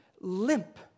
limp